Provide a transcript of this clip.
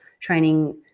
training